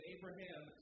Abraham